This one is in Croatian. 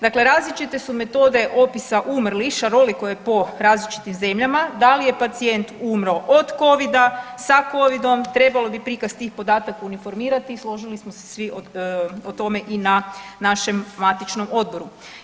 Dakle, različite su metode opisa umrlih, šaroliko je po različitim zemljama, da je pacijent umro od Covida, sa Covidom, trebalo bi prikaz tih podataka uniformirati i složili smo se svi o tome i na našem matičnom odboru.